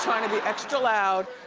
tryin' to be extra loud.